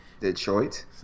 Detroit